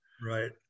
Right